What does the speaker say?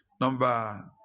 number